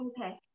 okay